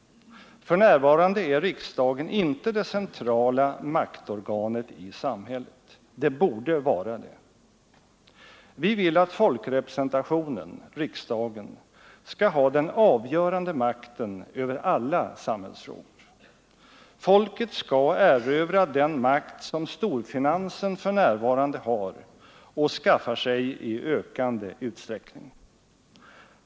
För närvarande är riksdagen inte det centrala maktorganet i samhället. Den borde vara det. Vi vill att folkrepresentationen — riksdagen — skall ha den avgörande makten över alla centrala samhällsfrågor. Folket skall erövra den makt som storfinansen för närvarande har och skaffar sig i ökande utsträckning.